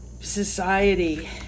society